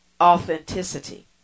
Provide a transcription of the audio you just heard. authenticity